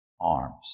arms